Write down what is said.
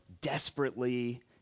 desperately